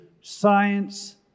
science